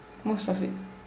most of it